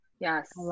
Yes